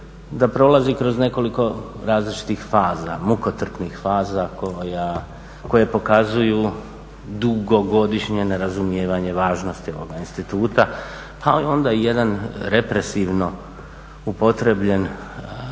da prolazi kroz nekoliko različitih faza, mukotrpnih faza koje pokazuju dugogodišnje nerazumijevanje važnosti ovoga instituta. A onda i jedan represivno upotrijebljen pristup